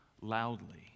loudly